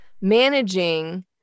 managing